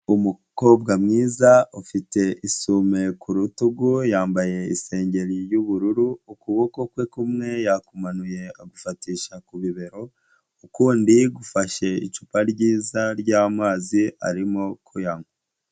Umukobwa mwiza ufite isume ku rutugu, yambaye isengeri y'ubururu, ukuboko kwe kumwe yakumanuye agufatisha ku bibero, ukundi gufashe icupa ryiza ry'amazi, arimo kuyanywa.